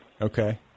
Okay